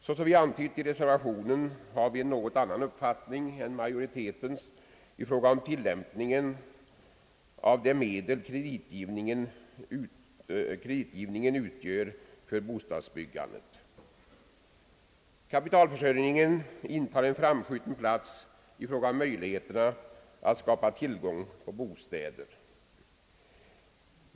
Såsom vi antytt i reservationen har vi en något annan uppfattning än majoriteten i fråga om tilllämpningen av det medel kreditgivningen utgör för bostadsbyggandet. Kapitalförsörjningen intar en framskjuten plats i fråga om möjligheterna att skapa tillgång på bostäder.